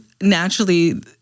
naturally